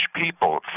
people